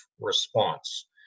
response